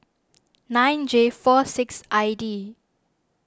nine J four six I D